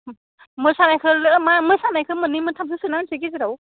उम मोसानायफोरो मो मोसानायखो मोन्नै मोन्थामसो सोना होनसै गेजेराव